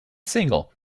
single